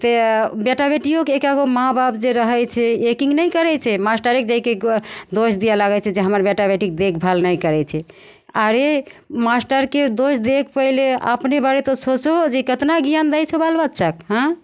तऽ बेटा बेटिओकेँ कै गो माँ बाप जे रहै छै ओ यकीन नहि करै छै मास्टरेके दैके दोष दिअऽ लगै छै जे हमर बेटा बेटीके देखभाल नहि करै छै अरे मास्टरके दोष दैके पहिले अपने बारे तोँ सोचहो जे कतना ज्ञान दै छै बाल बच्चाकेँ हँ